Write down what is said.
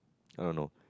I don't know